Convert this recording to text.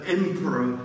emperor